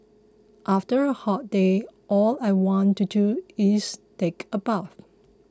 after a hot day all I want to do is take a bath